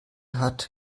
hat